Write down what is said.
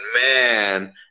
man